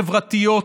חברתיות,